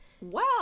Wow